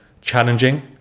challenging